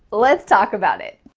let's talk about it.